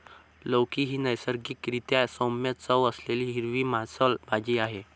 लौकी ही नैसर्गिक रीत्या सौम्य चव असलेली हिरवी मांसल भाजी आहे